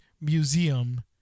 Museum